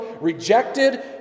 rejected